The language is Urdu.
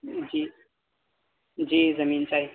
جی جی زمین چاہیے